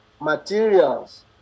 materials